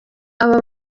aba